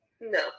No